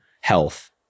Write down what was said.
health